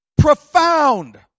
profound